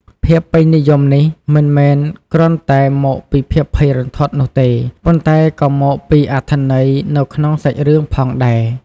ភាពពេញនិយមនេះមិនមែនគ្រាន់តែមកពីភាពភ័យរន្ធត់នោះទេ ប៉ុន្តែក៏មកពីអត្ថន័យនៅក្នុងសាច់រឿងផងដែរ។